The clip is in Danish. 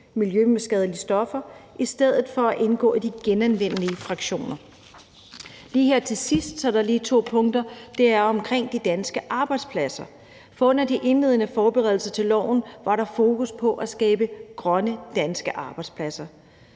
miljøskadelige stoffer, i stedet for at indgå i de genanvendelige fraktioner? Lige her til sidst er der to punkter, og de er omkring de danske arbejdspladser. Under de indledende forberedelser til lovforslaget var der fokus på at skabe grønne danske arbejdspladser.